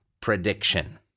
prediction